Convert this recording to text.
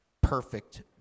perfect